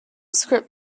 script